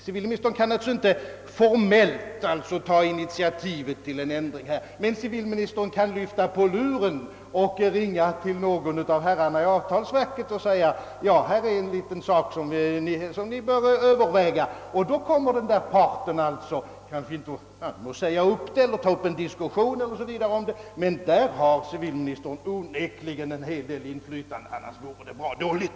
Civilministern kan naturligtvis inte formellt ta initiativ till en ändring, men civilministern kan lyfta på luren och ringa till någon av herrarna i avtalsverket och säga att här är en sak som ni bör överväga. Då kommer vederbörande förmodligen inte att säga upp avtalet man kommer åtminstone att ta upp en diskussion om det; civilministern har onekligen ett visst inflytande i ett sådant sammanhang; annars vore det bra dåligt.